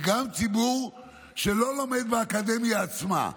וגם ציבור שלא לומד באקדמיה עצמה.